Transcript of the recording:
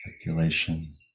speculation